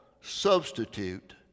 substitute